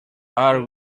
are